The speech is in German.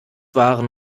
waren